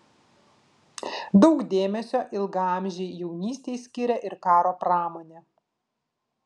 daug dėmesio ilgaamžei jaunystei skiria ir karo pramonė